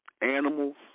animals